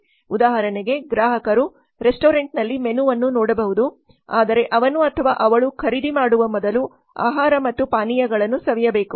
ಉದಾಹರಣೆಗೆ ಗ್ರಾಹಕರು ರೆಸ್ಟೋರೆಂಟ್ನಲ್ಲಿ ಮೆನುವನ್ನು ನೋಡಬಹುದು ಆದರೆ ಅವನು ಅಥವಾ ಅವಳು ಖರೀದಿ ಮಾಡುವ ಮೊದಲು ಆಹಾರ ಮತ್ತು ಪಾನೀಯಗಳನ್ನು ಸವಿಯಬೇಕು